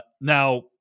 Now